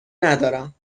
ندارم